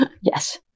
Yes